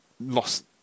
lost